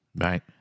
right